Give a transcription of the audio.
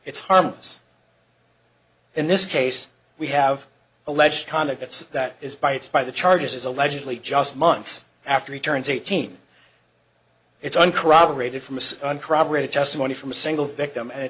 it's harmless in this case we have alleged conduct it's that is biased by the charges allegedly just months after he turns eighteen it's uncorroborated from uncorroborated testimony from a single victim at